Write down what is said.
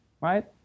right